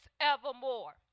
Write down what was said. evermore